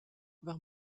war